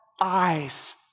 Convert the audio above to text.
eyes